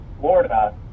florida